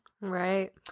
Right